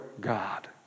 God